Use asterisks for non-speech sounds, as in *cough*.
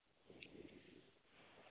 *unintelligible*